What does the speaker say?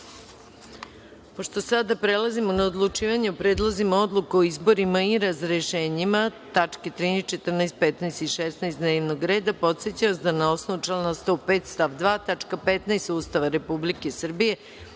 sada prelazimo na odlučivanje o predlozima odluka o izborima i razrešenjima (tačke 13, 14, 15. i 16. dnevnog reda), podsećam vas da, na osnovu člana 105. stav 2. tačka 15. Ustava Republike Srbije,